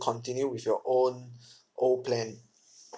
continue with your own old plan